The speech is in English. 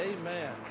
amen